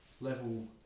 level